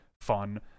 fun